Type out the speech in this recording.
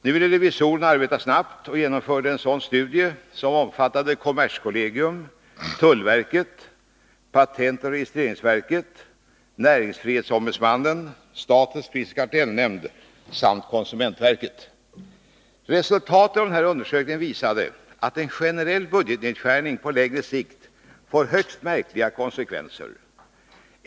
Revisorerna ville arbeta snabbt och genomförde en studie som omfattade kommerskollegium, tullverket, patentoch registreringsverket, näringsfrihetsombudsmannen, statens prisoch kartellnämnd samt konsumentverket. Resultatet av denna undersökning visade att en generell budgetnedskärning på längre sikt skulle få högst märkliga konsekvenser.